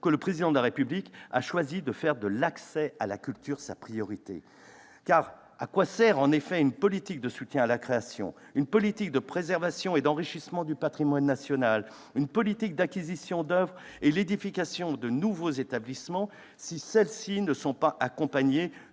que le Président de la République a choisi de faire de l'accès à la culture sa priorité. À quoi servent en effet une politique de soutien à la création, une politique de préservation et d'enrichissement du patrimoine national, une politique d'acquisitions d'oeuvres et d'édification de nouveaux établissements, si celles-ci ne sont pas accompagnées